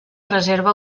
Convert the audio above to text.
reserva